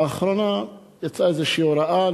לאחרונה יצאה איזו הוראה.